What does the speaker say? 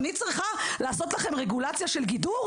אני צריכה לעשות לכם רגולציה של גידור?